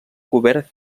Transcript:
cobert